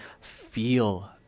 feel